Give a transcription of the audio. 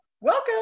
Welcome